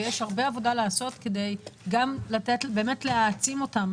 יש הרבה עבודה לעשות כדי להעצים אותם.